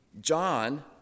John